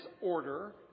order